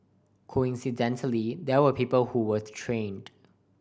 coincidentally there were people who were trained